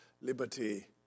liberty